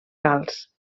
calç